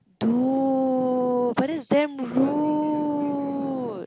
dude but that's damn rude